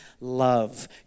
love